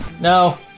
No